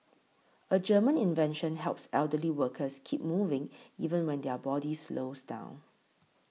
a German invention helps elderly workers keep moving even when their body slows down